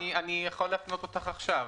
אני יכול להפנות אותך עכשיו,